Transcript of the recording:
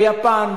ויפן,